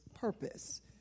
purpose